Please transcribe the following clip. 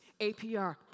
APR